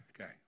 okay